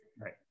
Right